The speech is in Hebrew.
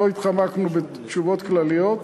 לא התחמקנו בתשובות כלליות.